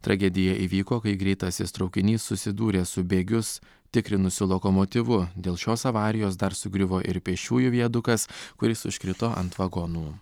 tragedija įvyko kai greitasis traukinys susidūrė su bėgius tikrinusiu lokomotyvu dėl šios avarijos dar sugriuvo ir pėsčiųjų viadukas kuris užkrito ant vagonų